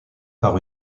par